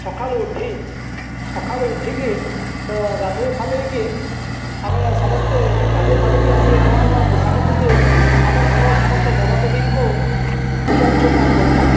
ସଖାଳୁ ଉଠି ସଖାଳୁ ଉଠିକି ଗାଧୋଇ ଫାଧୋଇକି ଆମେ ସମସ୍ତେ ଗାଧୋଇ ପାଧୋଇକି ଆସି ନୂଆ ନୂଆ ପୋଷାକ ପିନ୍ଧି ଆମ ଘରର ସମସ୍ତ ଦେବାଦେବୀଙ୍କୁ ପୂଜା ଅର୍ଚ୍ଚନା କରିଥାଉ